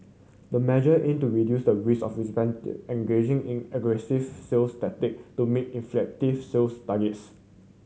the measure aim to reduce the risk of representative engaging in aggressive sales tactic to meet inflated sales targets